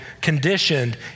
conditioned